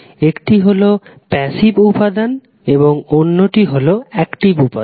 একটি হল প্যাসিভ উপাদান এবং অন্যটি হল অ্যাকটিভ উপাদান